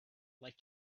like